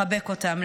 לחבק אותן,